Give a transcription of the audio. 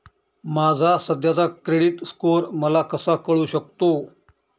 माझा सध्याचा credit score मला कसा कळू शकतो?